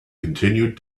continued